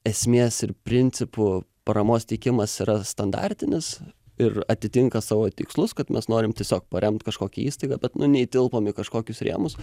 esmės ir principu paramos teikimas yra standartinis ir atitinka savo tikslus kad mes norim tiesiog paremt kažkokią įstaigą bet nu neįtilpom į kažkokius rėmus